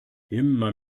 immer